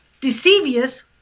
deceivious